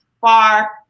far